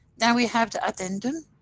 then we have the addendum,